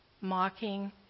mocking